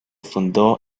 fundó